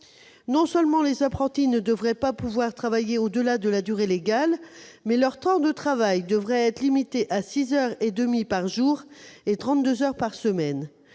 non seulement les apprentis ne devraient pas pouvoir travailler au-delà de la durée légale, mais leur temps de travail devrait être limité à six heures et demie